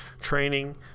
training